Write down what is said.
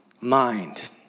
mind